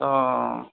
ହଁ